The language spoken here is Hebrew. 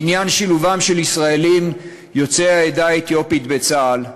בעניין שילובם של ישראלים יוצאי העדה האתיופית בצה"ל,